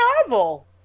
novel